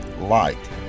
light